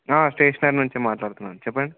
stationery నుంచే మాట్లాడుతున్నాను చెప్పండి